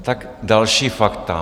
Tak další fakta.